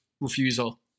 refusal